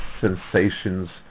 sensations